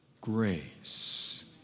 grace